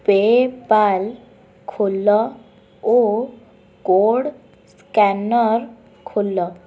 pay Pal ଖୋଲ ଓ code scanner ଖୋଲ